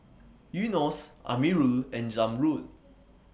Yunos Amirul and Zamrud